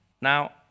Now